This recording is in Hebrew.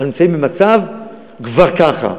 אנחנו נמצאים כבר ככה,